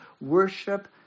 worship